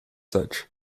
such